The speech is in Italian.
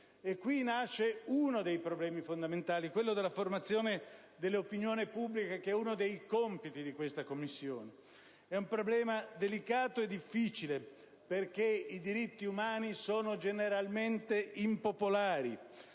Qui nasce una delle problematiche fondamentali, la formazione dell'opinione pubblica, che è uno dei compiti di questa Commissione. Si tratta di un problema delicato e difficile, perché i diritti umani sono generalmente impopolari,